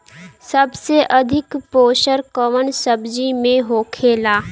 सबसे अधिक पोषण कवन सब्जी में होखेला?